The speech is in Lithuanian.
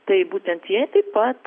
tai būtent jie taip pat